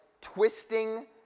twisting